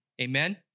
Amen